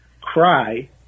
cry